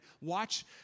watch